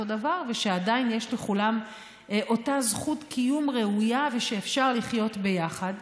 דבר ושעדיין לכולם אותה זכות קיום ראויה ושאפשר לחיות ביחד,